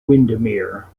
windermere